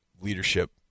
leadership